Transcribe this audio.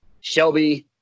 Shelby